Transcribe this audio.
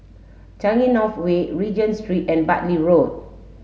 Changi North Way Regent Street and Bartley Road